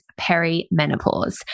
perimenopause